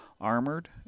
armored